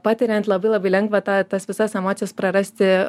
patiriant labai labai lengva tą tas visas emocijas prarasti